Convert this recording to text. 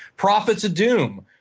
prophets of doom,